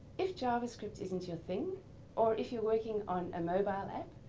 if javascript isn't your thing or if you're working on a mobile app,